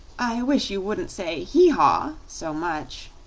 i wish you wouldn't say hee-haw so much,